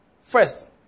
First